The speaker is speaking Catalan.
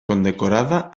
condecorada